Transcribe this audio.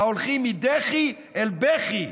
ההולכים מדחי אל בכי.